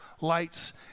lights